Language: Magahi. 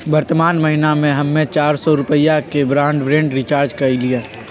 वर्तमान महीना में हम्मे चार सौ रुपया के ब्राडबैंड रीचार्ज कईली